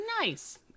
Nice